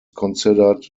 considered